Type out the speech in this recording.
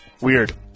Weird